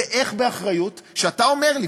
איך באחריות כשאתה אומר לי,